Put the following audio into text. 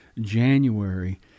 January